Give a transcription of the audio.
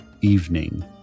evening